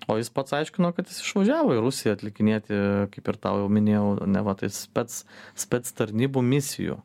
o jis pats aiškino kad jis išvažiavo į rusiją atlikinėti kaip ir tau jau minėjau neva tai jis spec spec tarnybų misijų